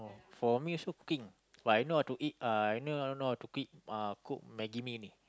for me is also king but I don't know how to eat uh I only know how to eat uh cook maggie-mee only